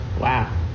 Wow